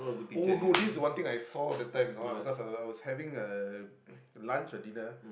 oh no this is one thing I saw that time because I was having uh lunch or dinner